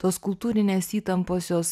tos kultūrinės įtampos jos